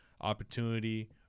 opportunity